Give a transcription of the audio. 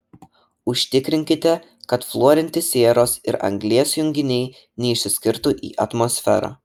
užtikrinkite kad fluorinti sieros ir anglies junginiai neišsiskirtų į atmosferą